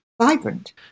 vibrant